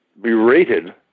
berated